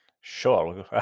Sure